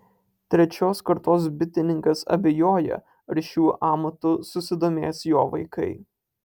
trečios kartos bitininkas abejoja ar šiuo amatu susidomės jo vaikai